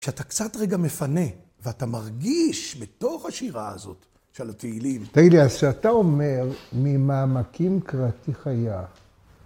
כשאתה קצת רגע מפנה, ואתה מרגיש בתוך השירה הזאת, של התהילים. תגיד לי, אז כשאתה אומר, ממעמקים קראתי חיה.